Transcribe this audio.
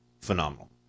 phenomenal